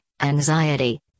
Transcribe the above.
anxiety